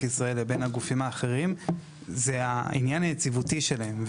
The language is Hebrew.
ישראל לבין הגופים האחרים זה העניין היציבותי שלהם.